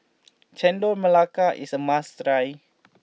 Chendol Melaka is a must try